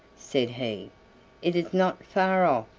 said he it is not far off,